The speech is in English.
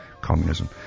communism